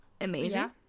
amazing